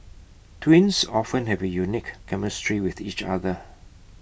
twins often have A unique chemistry with each other